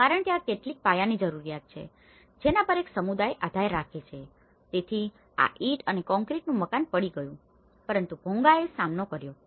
કારણ કે આ કેટલીક પાયાની જરૂરિયાતો છે જેના પર એક સમુદાય આધાર રાખે છે તેથી આ ઇંટ અને કોંક્રીટનુ મકાન પડી ગયુ છે પરંતુ ભોંગાએ સામનો કર્યો છે